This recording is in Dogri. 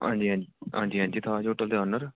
हांजी हांजी हांजी हांजी ताज होटल दे ऑनर